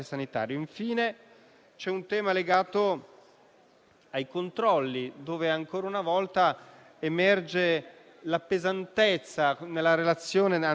qualcuno debba operare e far girare delle carte. I controlli sono necessari, ma, come insegnano anche le esperienze di altri Paesi, possono essere svolti e compiuti in maniera